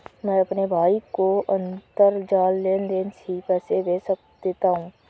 मैं अपने भाई को अंतरजाल लेनदेन से ही पैसे भेज देता हूं